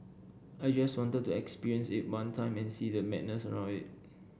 I just wanted to experience it one time and see the madness around it